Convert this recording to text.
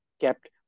kept